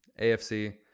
AFC